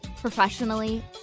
Professionally